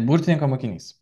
burtininko mokinys